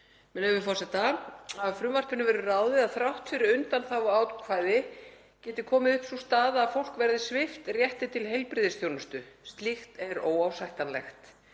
með leyfi forseta: „Af frumvarpinu verður ráðið að þrátt fyrir undanþáguákvæði geti komið upp sú staða að fólk verði svipt rétti til heilbrigðisþjónustu. Slíkt er óásættanlegt.